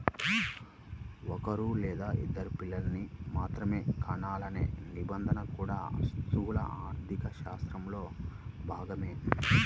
ఒక్కరూ లేదా ఇద్దరు పిల్లల్ని మాత్రమే కనాలనే నిబంధన కూడా స్థూల ఆర్థికశాస్త్రంలో భాగమే